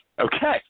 Okay